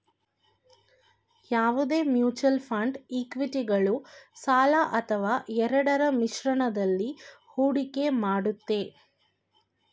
ಯಾವುದೇ mutual fund ಇಕ್ವಿಟಿಗಳು ಸಾಲ ಅಥವಾ ಎರಡರ ಮಿಶ್ರಣದಲ್ಲಿ ಹೂಡಿಕೆ ಮಾಡುತ್ತೆ